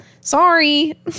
Sorry